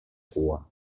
cua